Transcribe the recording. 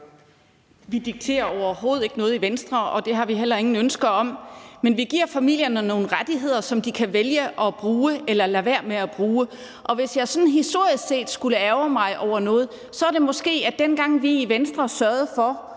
Vi dikterer overhovedet ikke noget i Venstre, og det har vi heller ingen ønsker om. Men vi giver familierne nogle rettigheder, som de kan vælge at bruge eller lade være med at bruge. Hvis jeg sådan historisk set skulle ærgre mig over noget, er det måske, at vi ikke allerede, dengang vi i Venstre sørgede for